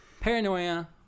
Paranoia